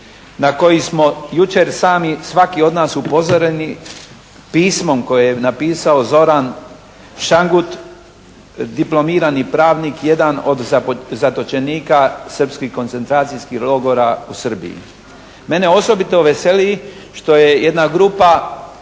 na koji smo jučer sami svaki od nas upozoreni pismom koje je napisao Zoran Šangut diplomirani pravnik jedan od zatočenika srpskih koncentracijskih logora u Srbiji. Mene osobito veseli što je jedna grupa